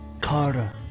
carter